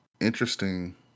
interesting